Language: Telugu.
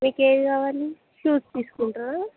మీకేది కావాలి షూస్ తీసుకుంటారా